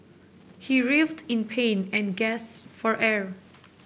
he writhed in pain and gasped for air